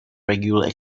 regular